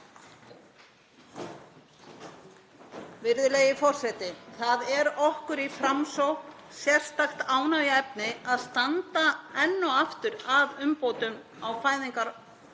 Virðulegi forseti. Það er okkur í Framsókn sérstakt ánægjuefni að standa enn og aftur að umbótum á fæðingar-